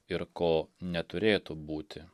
ir ko neturėtų būti